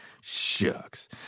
Shucks